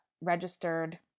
Registered